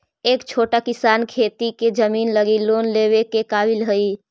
का छोटा किसान खेती के जमीन लगी लोन लेवे के काबिल हई?